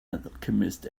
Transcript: alchemist